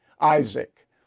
Isaac